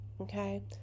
okay